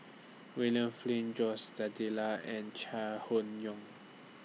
William Flint Jose and Chai Hon Yoong